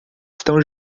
estão